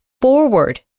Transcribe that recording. forward